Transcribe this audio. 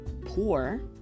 poor